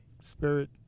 spirit